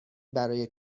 برای